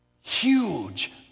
huge